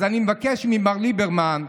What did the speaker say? אז אני מבקש ממר ליברמן: